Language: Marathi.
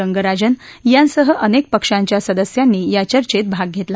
रंगराजन यासह अनेक पक्षांच्या सदस्यांनी या चर्चेत भाग घेतला